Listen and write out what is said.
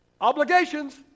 Obligations